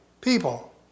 people